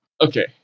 Okay